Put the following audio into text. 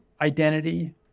identity